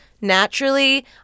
naturally